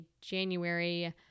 January